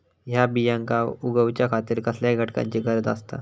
हया बियांक उगौच्या खातिर कसल्या घटकांची गरज आसता?